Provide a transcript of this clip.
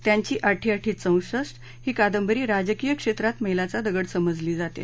त्यांची आठी आठी चौसष्ट ही कादंबरी राजकीय क्षेत्रात मक्तीचा दगड समजली जाते